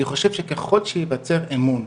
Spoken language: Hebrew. אני חושב שככל שייווצר אמון,